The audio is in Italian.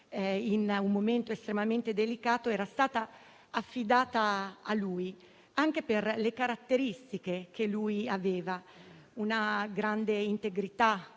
in un momento estremamente delicato, era stata affidata a lui anche per le sue caratteristiche: grande integrità,